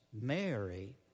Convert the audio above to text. Mary